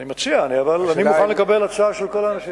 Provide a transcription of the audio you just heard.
אני מציע, אבל אני מוכן לקבל הצעה של כל האנשים.